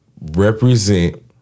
represent